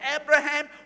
Abraham